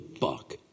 fuck